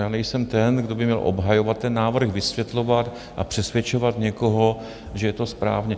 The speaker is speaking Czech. Já nejsem ten, kdo by měl obhajovat ten návrh, vysvětlovat a přesvědčovat někoho, že je to správně.